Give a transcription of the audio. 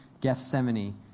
Gethsemane